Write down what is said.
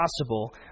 possible